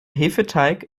hefeteig